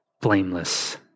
blameless